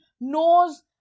knows